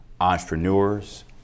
entrepreneurs